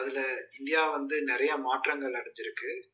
அதில் இந்தியாவ வந்து நிறையா மாற்றங்கள் அடைஞ்சிருக்கு